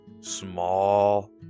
small